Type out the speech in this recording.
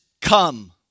come